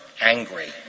angry